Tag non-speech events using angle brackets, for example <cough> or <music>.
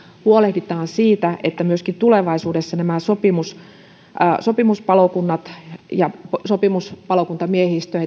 huolehditaan siitä että myöskin tulevaisuudessa näiden sopimuspalokuntien ja sopimuspalokuntamiehistön <unintelligible>